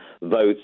votes